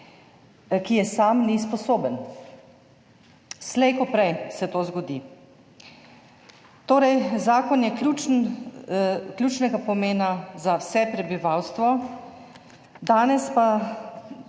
ki je sam ni sposoben. Slej ko prej se to zgodi. Torej. zakon je ključnega pomena za vse prebivalstvo. Danes pa